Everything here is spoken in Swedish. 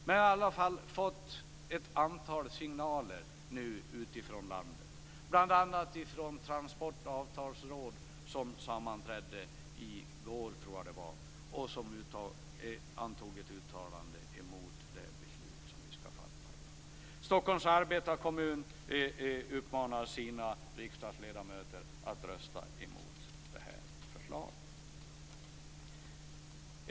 Men vi har i alla fall fått ett antal signaler utifrån landet, bl.a. från Transports avtalsråd som sammanträdde i går och antog ett uttalande mot det beslut som vi skall fatta i dag. Stockholms arbetarkommun uppmanar sina riksdagsledamöter att rösta mot förslaget.